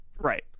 Right